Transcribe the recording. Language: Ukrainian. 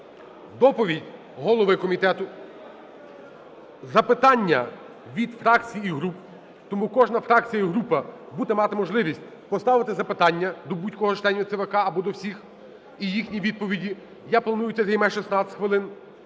доповідь голови комітету, запитання від фракцій і груп. Тому кожна фракція і група буде мати можливість поставити запитання до будь-кого з членів ЦВК або до всіх і їхні відповіді, я планую, це займе 16 хвилин.